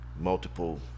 Multiple